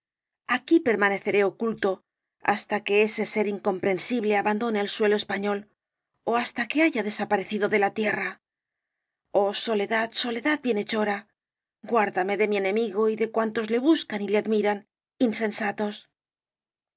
aquí permaneceré oculto hasta que ese ser incomprensible abandone el suelo español ó hasta que haya desaparecido de la tierra oh soledad soledad bienhechora guárdame de mi enemigo y de cuantos le buscan y le admiran insensatos